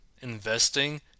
investing